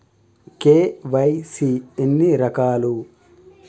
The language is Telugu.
కే.వై.సీ ఎన్ని రకాలు?